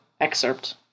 excerpt